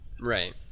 Right